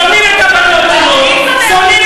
שונאים את הבנות שלו,